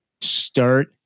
start